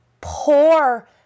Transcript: poor